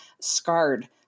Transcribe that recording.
scarred